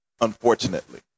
unfortunately